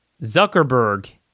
Zuckerberg